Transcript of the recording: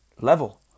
level